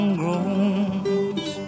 grows